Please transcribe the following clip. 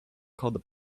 called